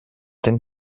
denn